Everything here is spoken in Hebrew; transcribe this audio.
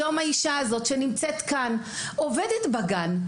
היום האישה הזאת שנמצאת כאן עובדת בגן.